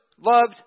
loved